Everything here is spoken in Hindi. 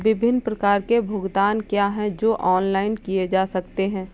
विभिन्न प्रकार के भुगतान क्या हैं जो ऑनलाइन किए जा सकते हैं?